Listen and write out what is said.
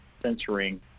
censoring